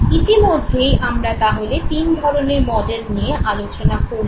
ইতিমধ্যে আমরা তাহলে তিন ধরণের মডেল নিয়ে আলোচনা করলাম